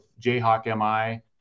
JayhawkMI